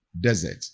desert